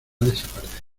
desaparecido